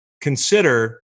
consider